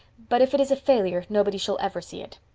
but if it is a failure nobody shall ever see it.